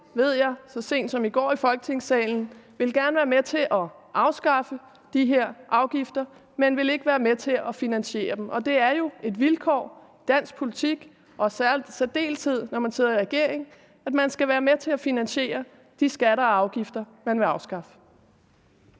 ved jeg, ville så sent som i går i Folketingssalen gerne være med til at afskaffe de her afgifter, men ville ikke være med til at finansiere det. Det er jo et vilkår i dansk politik, i særdeleshed når man sidder i regering, at man skal være med til at finansiere de skatter og afgifter, man vil afskaffe.